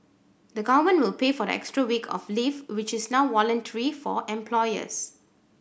the government will pay for the extra week of leave which is now voluntary for employers